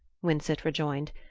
winsett rejoined.